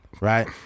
Right